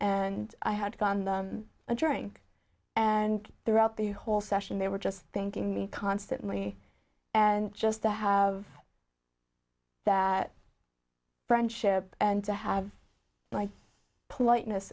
and i had gone a drink and throughout the whole session they were just thanking me constantly and just to have that friendship and to have my politeness